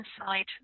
inside